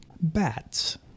Bats